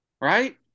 right